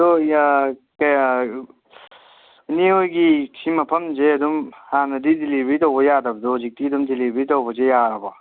ꯑꯗꯨ ꯀꯌꯥ ꯏꯅꯦ ꯍꯣꯏꯒꯤ ꯁꯤ ꯃꯐꯝꯁꯦ ꯑꯗꯨꯝ ꯍꯥꯟꯅꯗꯤ ꯗꯦꯂꯤꯕꯔꯤ ꯇꯧꯕ ꯌꯥꯗꯕꯗꯣ ꯍꯧꯖꯤꯛꯇꯤ ꯑꯗꯨꯝ ꯗꯦꯂꯤꯕꯔꯤ ꯇꯧꯕꯁꯦ ꯌꯥꯔꯕꯣ